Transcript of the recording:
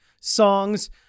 songs